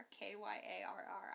K-Y-A-R-R